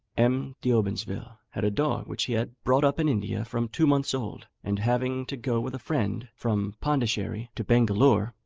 m. d'obsonville had a dog which he had brought up in india from two months old and having to go with a friend from pondicherry to bengalore,